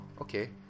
okay